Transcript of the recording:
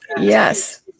Yes